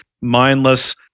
mindless